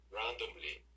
randomly